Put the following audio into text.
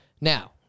Now